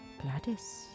Gladys